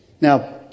Now